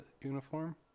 uniform